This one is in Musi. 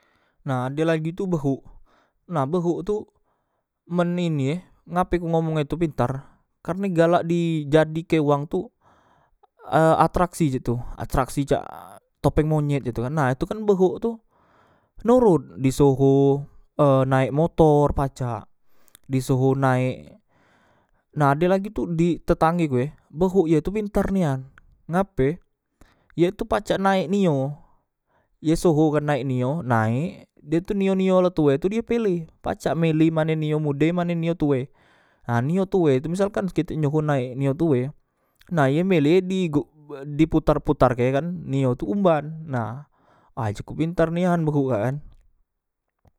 Nah ade lagi tu behok nah behok tu men ini e ngape ku omonng e tu pintar kene galak di jadike wang tu e atraksi cak tu atraksi cak e topeng monyet cak tu kan nah tu kan behok norot di soho ee naek motor pacak di soho naek nah ade lagi tu tetanggoku e behok ye tu pintar nian ngape ye tu pacak naek nio ye soho kan naek nio naek die tu nio nio la tue dio pele pacak mele maeo nio mude mano nio tue nah nio tue tu misalkan kite nyoho naek nio tue nah ye mele di igok di putar putarke kan nio tu umban nah ay ji kupintar nian behok kak kan